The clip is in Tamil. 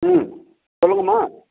ம் சொல்லுங்கம்மா